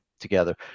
together